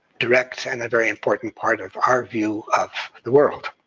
direct and very important part of our view of the world.